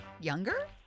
Younger